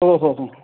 ओहोहो